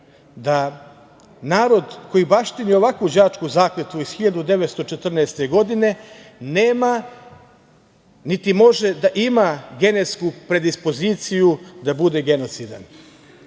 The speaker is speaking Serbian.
da narod koji baštini ovakvu đačku zakletvu iz 1914. godine nema, niti može da ima genetsku predispoziciju da bude genocidan. Želim